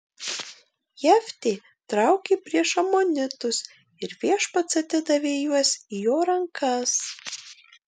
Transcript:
jeftė traukė prieš amonitus ir viešpats atidavė juos į jo rankas